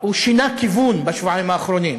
שינה כיוון בשבועיים האחרונים,